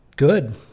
good